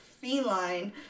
feline